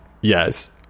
Yes